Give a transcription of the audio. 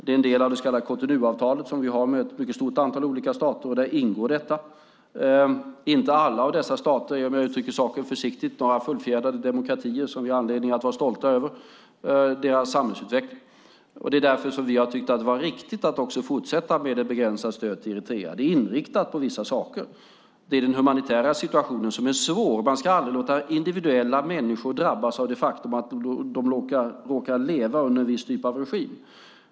Det är en del av det så kallade Cotonouavtalet som vi har med ett mycket stort antal olika stater, och där ingår denna. Inte alla dessa stater, om jag uttrycker saken försiktigt, är några fullfjädrade demokratier med en samhällsutveckling som vi har anledning att vara stolta över. Det är därför som vi har tyckt att det varit riktigt att fortsätta med ett begränsat stöd till Eritrea. Det är inriktat på vissa saker. Det är den humanitära situationen som är svår. Man ska aldrig låta enskilda människor drabbas av det faktum att de råkar leva under en viss typ av regim.